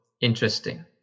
interesting